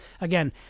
again